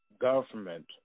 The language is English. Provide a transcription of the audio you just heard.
government